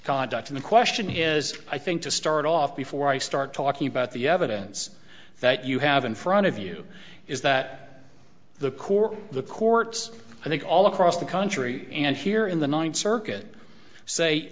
conduct in the question is i think to start off before i start talking about the evidence that you have in front of you is that the core the courts i think all across the country and here in the ninth circuit say